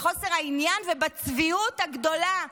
בחוסר העניין ובצביעות הגדולה.